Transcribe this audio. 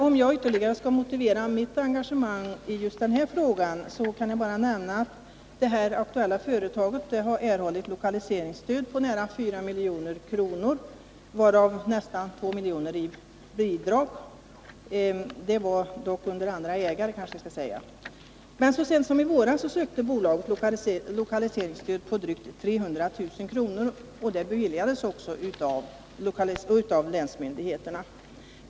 Om jag ytterligare skall motivera mitt engagemang i just den här frågan, kan jag nämna att det aktuella företaget har erhållit lokaliseringsstöd på nära 4 milj.kr., varav nästan 2 miljoner i bidrag — företaget hade emellertid då andra ägare. Så sent som i våras sökte bolaget lokaliseringsstöd på drygt 300 000 kr., vilket också beviljades av länsmyndigheterna.